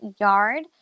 yard